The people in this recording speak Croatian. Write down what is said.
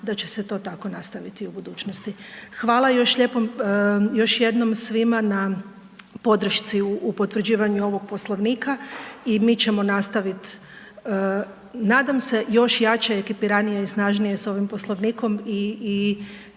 da će se to tako nastaviti u budućnosti. Hvala još jednom svima na podršci u potvrđivanju ovog Poslovnika i mi ćemo nastaviti, nadam se, još jače, ekipiranije i snažnije s ovim Poslovnikom i